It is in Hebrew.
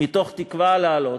מתוך תקווה לעלות,